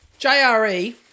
JRE